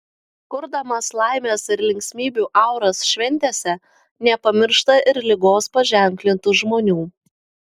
kurdamas laimės ir linksmybių auras šventėse nepamiršta ir ligos paženklintų žmonių